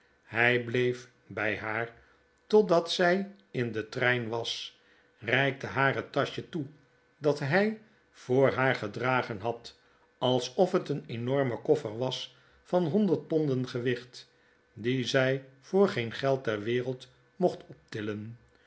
hij bleef bij haar totdat zij in den trein was reikte haar het taschje toe dat hij voor haar gedragen had alsof het een ornorme koffer was van honderd ponden gewicht dien zij voor geen geld ter wereld mocht optillen